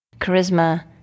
Charisma